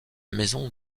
maison